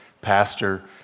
pastor